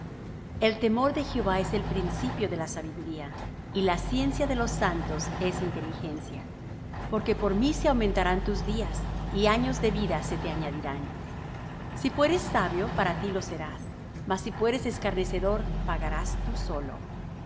el temor de jehová es el principio de la sabiduría y la ciencia de los santos es inteligencia porque por mí se aumentarán tus días y años de vida se te añadirán si fueres sabio para ti lo serás mas si fueres escarnecedor pagarás tú solo